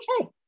okay